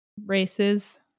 races